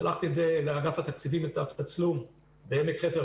ושלחתי לאגף התקציבים את התצלום מעמק חפר,